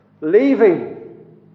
Leaving